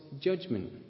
judgment